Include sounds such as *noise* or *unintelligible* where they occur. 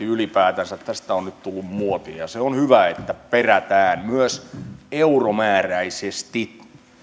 *unintelligible* ylipäätänsä on nyt tullut muotia ja se on hyvä että perätään myös euromääräisesti